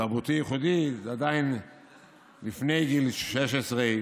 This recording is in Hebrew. תרבותי ייחודי, זה עדיין לפני גיל 16,